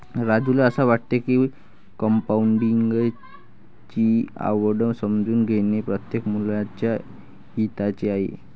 राजूला असे वाटते की कंपाऊंडिंग ची आवड समजून घेणे प्रत्येक मुलाच्या हिताचे आहे